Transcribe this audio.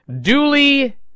duly